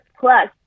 plus